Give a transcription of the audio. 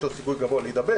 יש לו סיכוי גבוה להידבק.